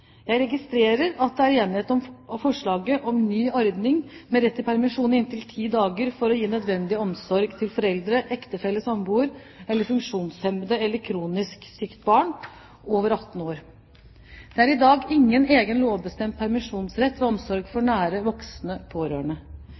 Jeg registrerer at det er enighet om forslaget om ny ordning med rett til permisjon i inntil ti dager for å gi nødvendig omsorg til foreldre, ektefelle/samboer eller funksjonshemmet eller kronisk sykt barn over 18 år. Det er i dag ingen egen lovbestemt permisjonsrett ved omsorg for nære voksne pårørende.